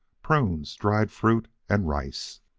prunes, dried fruits, and rice.